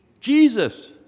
Jesus